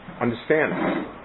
Understand